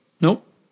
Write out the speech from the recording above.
Nope